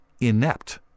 inept